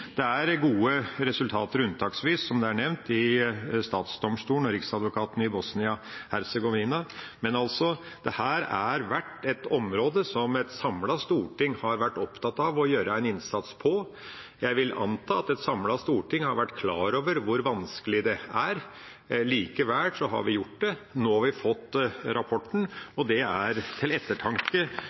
Det er gode resultater unntaksvis, slik det er nevnt i statsdomstolen/riksadvokaten i Bosnia–Hercegovina, men dette har vært et område der et samlet storting har vært opptatt av å gjøre en innsats. Jeg vil anta at et samlet storting har vært klar over hvor vanskelig det er, likevel har vi gjort det. Nå har vi fått rapporten, og den er til ettertanke,